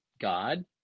God